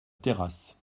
terrasse